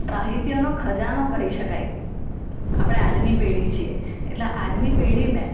સાહિત્યનો ખજાનો કહી શકાય આપણે આજની પેઢી છીએ એટલે આજની પેઢીને